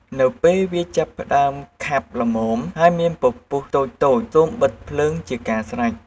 នៅពេលវាចាប់ផ្ដើមខាប់ល្មម ហើយមានពពុះតូចៗ សូមបិទភ្លើងជាការស្រេច។